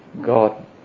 God